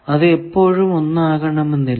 അത് എപ്പോഴും ഒന്നാകണമെന്നില്ല